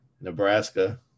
Nebraska